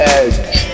edge